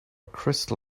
crystal